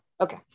Okay